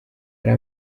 hari